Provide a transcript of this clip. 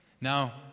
Now